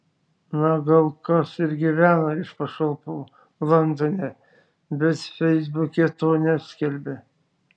na gal kas ir gyvena iš pašalpų londone bet feisbuke to neskelbia